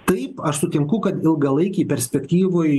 taip aš sutinku kad ilgalaikėj perspektyvoj